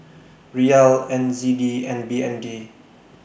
Riyal N Z D and B N D